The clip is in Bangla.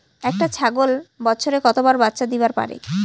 একটা ছাগল বছরে কতবার বাচ্চা দিবার পারে?